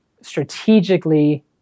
strategically